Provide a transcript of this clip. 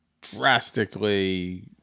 drastically